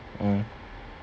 mm